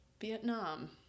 Vietnam